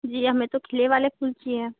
जी हमें तो खिले वाले फूल चाहिए